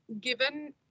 Given